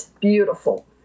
beautiful